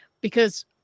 because-